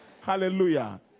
Hallelujah